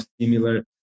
similar